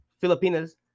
Filipinas